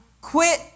Quit